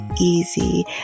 easy